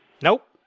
Nope